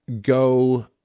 go